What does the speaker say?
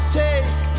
take